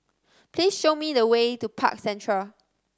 please show me the way to Park Central